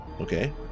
Okay